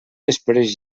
després